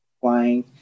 flying